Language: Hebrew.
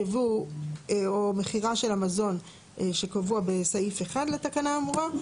ייבוא או מכירה של המזון שקבוע בסעיף 1 לתקנה האמורה.